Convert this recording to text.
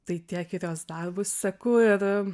tai tiek ir jos darbus seku ir